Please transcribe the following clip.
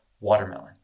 watermelon